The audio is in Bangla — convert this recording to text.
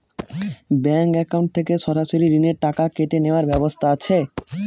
ব্যাংক অ্যাকাউন্ট থেকে সরাসরি ঋণের টাকা কেটে নেওয়ার ব্যবস্থা আছে?